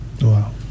Wow